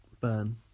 Burn